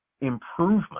improvement